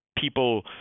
people